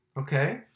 okay